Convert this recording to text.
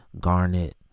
garnet